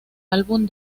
álbum